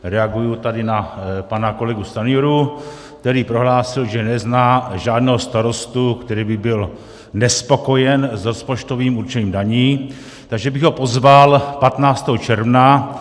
Reaguji tady na pana kolegu Stanjuru, který prohlásil, že nezná žádného starostu, který by byl nespokojen s rozpočtovým určením daní, takže bych ho pozval 15. června.